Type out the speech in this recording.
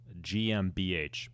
GMBH